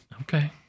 Okay